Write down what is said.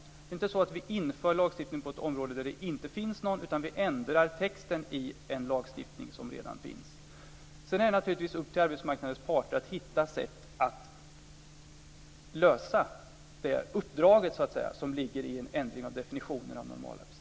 Det är inte så att vi vill införa lagstiftning på ett område där det inte finns någon, utan vi vill ändra texten i en lagstiftning som redan finns. Sedan är det naturligtvis upp till arbetsmarknadens parter att hitta sätt att lösa det uppdrag som ligger i en ändring av definitionen av normalarbetstiden.